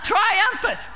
Triumphant